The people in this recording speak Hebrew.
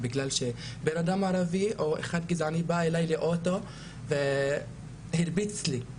בגלל שאדם ערבי או גזען בא אלי לאוטו והרביץ לי.